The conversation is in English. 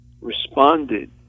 responded